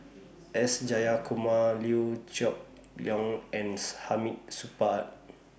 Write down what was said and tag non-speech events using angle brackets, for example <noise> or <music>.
S Jayakumar Liew Geok Leong and <unintelligible> Hamid Supaat